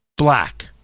black